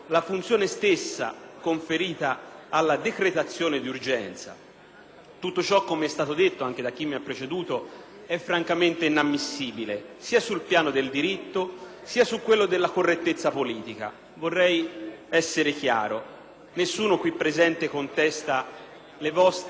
Tutto ciò, com'è stato detto anche da chi mi ha preceduto, è francamente inammissibile, sia sul piano del diritto, sia su quello della correttezza politica. Vorrei essere chiaro. Nessuno qui presente contesta le vostre prerogative di sostegno all'esercizio dell'azione di Governo: